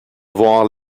voir